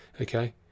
Okay